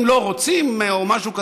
אם לא רוצים, או משהו כזה,